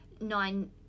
nine